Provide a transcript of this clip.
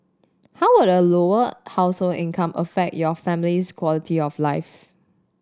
how would a Lower Household income affect your family's quality of life